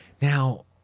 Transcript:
Now